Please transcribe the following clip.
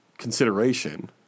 Consideration